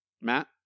Matt